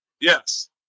Yes